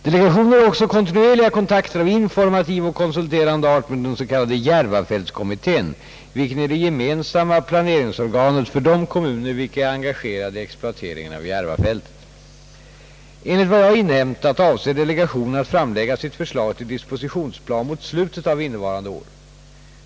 Delegationen har också kontinuerliga kontakter av informativ och konsulterande art med den s.k. järvafältskommittén, vilken är det gemensamma planeringsorganet för de kommuner, vilka är engagerade i exploateringen av Järvafältet. Enligt vad jag inhämtat avser delegationen att framlägga sitt förslag till dispositionsplan mot slutet av innevarande år.